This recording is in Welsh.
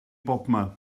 bobman